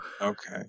Okay